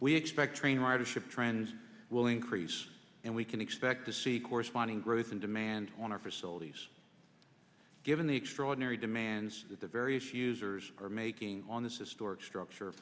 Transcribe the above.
we expect train wire to ship trend will increase and we can expect to see corresponding growth in demand on our facilities given the extraordinary demands that the various users are making on this historic structure